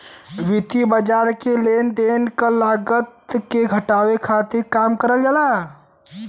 वित्तीय बाज़ार लेन देन क लागत के घटावे क काम करला